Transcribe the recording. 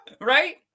right